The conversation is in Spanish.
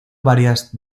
varias